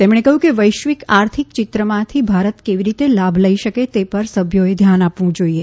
તેમણે કહ્યું કે વૈશ્વિક આર્થિક ચિત્રમાંથી ભારત કેવી રીતે લાભ લઈ શકે તે પર સભ્યોએ ધ્યાન આપવું જોઈએ